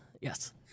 Yes